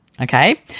okay